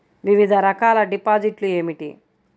వివిధ రకాల డిపాజిట్లు ఏమిటీ?